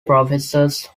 professors